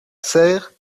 serre